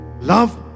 Love